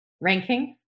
Ranking